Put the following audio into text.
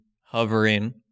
hovering